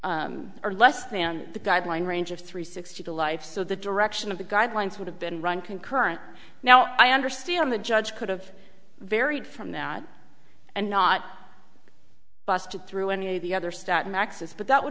more or less than the guideline range of three sixty to life so the direction of the guidelines would have been run concurrent now i understand on the judge could have varied from that and not busted through any of the other start maxes but that would